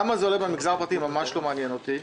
במגזר הפרטי ממש לא מעניין אותי.